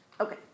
Okay